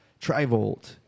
Trivolt